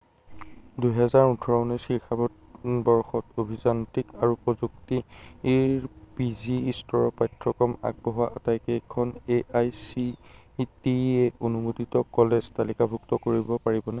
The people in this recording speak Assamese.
দুহেজাৰ ওঠৰ ঊনৈছ শিক্ষাবত বৰ্ষত অভিযান্ত্ৰিক আৰু প্ৰযুক্তিৰ ইৰ পি জি স্তৰৰ পাঠ্যক্ৰম আগবঢ়োৱা আটাইকেইখন A I C T E অনুমোদিত কলেজ তালিকাভুক্ত কৰিব পাৰিবনে